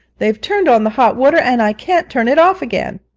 they've turned on the hot water, and i can't turn it off again!